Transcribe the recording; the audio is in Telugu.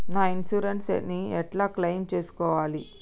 నా ఇన్సూరెన్స్ ని ఎట్ల క్లెయిమ్ చేస్కోవాలి?